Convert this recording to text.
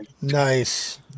Nice